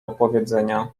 opowiedzenia